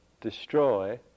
destroy